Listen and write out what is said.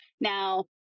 Now